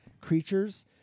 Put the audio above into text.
creatures